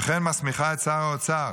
וכן מסמיכה את שר האוצר,